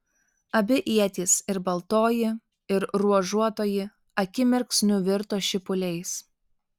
abi ietys ir baltoji ir ruožuotoji akimirksniu virto šipuliais